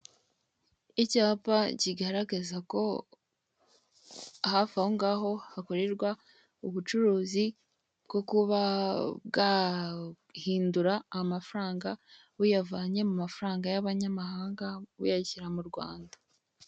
Icyapa kigaragaza ko hafi ahongaho hakorerwa ubucuruzi bwo kuba bwahindura amafaranga, buyavanye mu mafaranga y'abanyamahanga, buyashyira mu Rwanda.